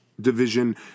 division